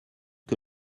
que